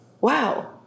Wow